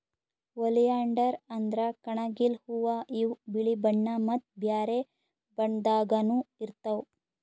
oleander ಅಂದ್ರ ಕಣಗಿಲ್ ಹೂವಾ ಇವ್ ಬಿಳಿ ಬಣ್ಣಾ ಮತ್ತ್ ಬ್ಯಾರೆ ಬಣ್ಣದಾಗನೂ ಇರ್ತವ್